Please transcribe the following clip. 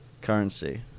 currency